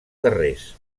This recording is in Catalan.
carrers